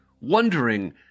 Wondering